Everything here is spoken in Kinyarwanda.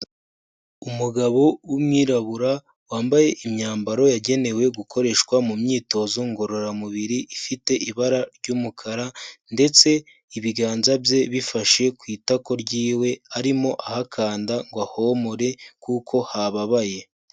Umugabo w'umwirabura wambaye imyambaro yagenewe gukoreshwa mu myitozo ngororamubiri ifite ibara ry'umukara ndetse ibiganza bye bifashe ku itako ryiwe arimo ahakanda ngo ahomore kuko hababaye.